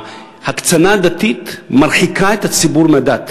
ההקצנה הדתית מרחיקה את הציבור מהדת